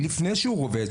לפני שהוא רובץ,